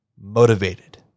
Motivated